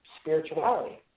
spirituality